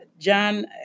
John